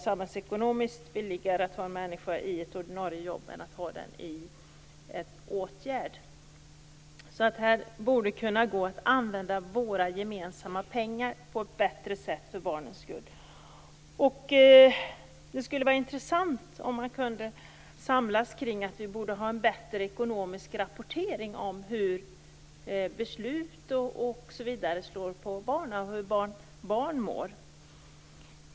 Samhällsekonomiskt är det väl billigare att ha människor i ordinarie jobb än att de är föremål för en åtgärd. Här borde det alltså gå att, för barnens skull, använda våra gemensamma pengar på ett bättre sätt. Det skulle vara intressant att samlas kring att det borde finnas en bättre ekonomisk rapportering om hur beslut och annat slår för barnens del och om hur barn mår.